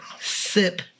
sip